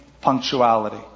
punctuality